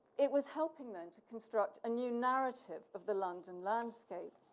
it was helping them to construct a new narrative of the london landscape.